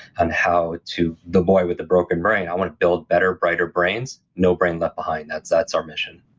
and how to. the boy with the broken brain, i want to build better, brighter brains, no brain left behind that's that's our mission